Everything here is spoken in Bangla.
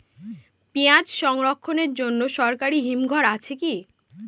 পিয়াজ সংরক্ষণের জন্য সরকারি হিমঘর আছে কি?